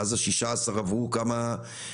מאז 16 בינואר עברו יומיים,